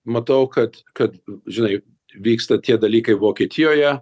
matau kad kad žinai vyksta tie dalykai vokietijoje